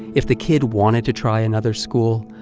if the kid wanted to try another school,